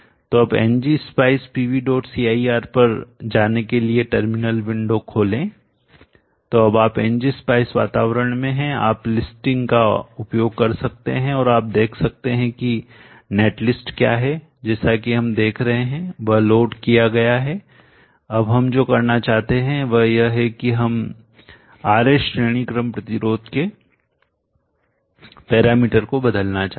तो अब ng spice pvcir पर जाने के लिए टर्मिनल विंडो खोलें तो अब आप ng spice वातावरण में हैं आप लिस्टिंग का उपयोग कर सकते हैं और देख सकते हैं कि नेटलिस्ट क्या है जैसा कि हम देख रहे हैं वह लोड किया गया है अब हम जो करना चाहते हैं वह यह है की हम RS श्रेणी क्रम प्रतिरोध के पैरामीटर को बदलना चाहते हैं